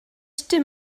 dim